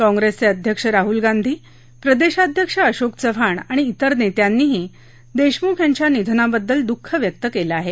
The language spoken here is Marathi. कॉंप्रेसचे अध्यक्ष राहुल गांधी प्रदेशाध्यक्ष अशोक चव्हाण आणि तिर नेत्यांनीही देशमुख यांच्या निधनाबद्दल दुःख व्यक्त केलं आहे